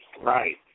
Right